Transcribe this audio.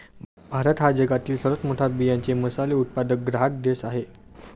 भारत हा जगातील सर्वात मोठा बियांचे मसाले उत्पादक ग्राहक देश आहे